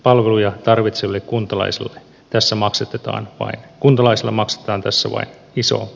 palveluja tarvitsevilla kuntalaisilla tässä maksatetaan vain iso lasku